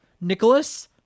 nicholas